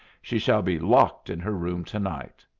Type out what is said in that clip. she shall be locked in her room to-night.